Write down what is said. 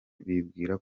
bibwira